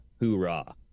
hoorah